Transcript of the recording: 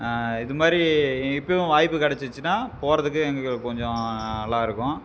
இது மாதிரி இப்போயும் வாய்ப்பு கிடச்சிச்சினா போறதுக்கு கொஞ்சம் நல்லா இருக்கும்